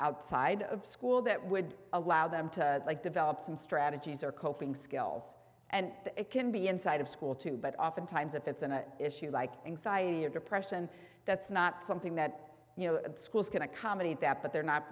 outside of school that would allow them to develop some strategies or coping skills and it can be inside of school too but oftentimes if it's an issue like anxiety or depression that's not something that you know schools can accommodate that but they're not